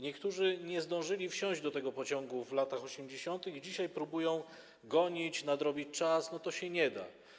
Niektórzy nie zdążyli wsiąść do tego pociągu w latach 80. i dzisiaj próbują go dogonić, nadrobić czas, ale tak się nie da.